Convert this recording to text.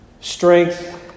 strength